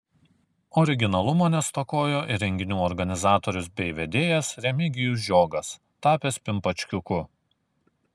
originalumo nestokojo ir renginių organizatorius bei vedėjas remigijus žiogas tapęs pimpačkiuku